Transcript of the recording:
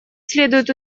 следует